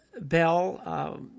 Bell